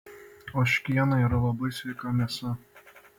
ožkiena yra labai sveika mėsa